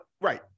right